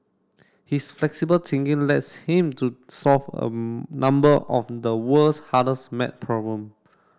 his flexible thinking lets him to solve a number of the world's hardest maths problem